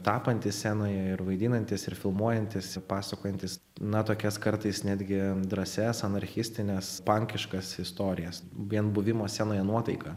tapantys scenoje ir vaidinantys ir filmuojantys pasakojantys na tokias kartais netgi drąsias anarchistines pankiškas istorijas vien buvimo scenoje nuotaika